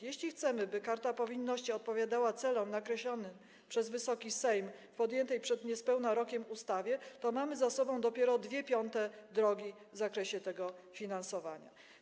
Jeśli chcemy, by karta powinności odpowiadała celom nakreślonym przez Wysoki Sejm w podjętej przed niespełna rokiem ustawie, to mamy za sobą dopiero 2/5 drogi w zakresie tego finansowania.